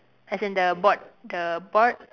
as in the board the board